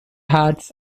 hats